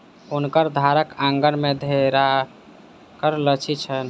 हुनकर घरक आँगन में घेराक लत्ती छैन